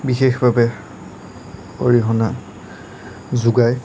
বিশেষভাৱে অৰিহণা যোগায়